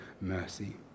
mercy